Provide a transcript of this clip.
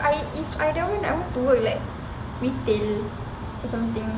I if I want I want to work like retail or something